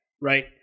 right